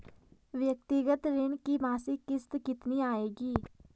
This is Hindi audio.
व्यक्तिगत ऋण की मासिक किश्त कितनी आएगी?